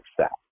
success